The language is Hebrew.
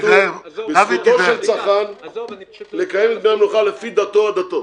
כתוב: "זכותו של צרכן לקיים את ימי המנוחה לפי דתו או עדתו".